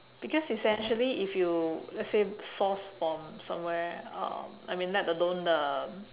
because essentially if you let's say source from somewhere um I mean let alone um